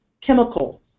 chemicals